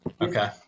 okay